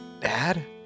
Dad